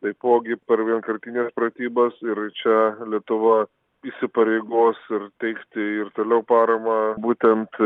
taipogi per vienkartines pratybas ir čia lietuva įsipareigos ir teikti ir toliau paramą būtent